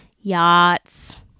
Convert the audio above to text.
Yachts